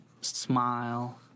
Smile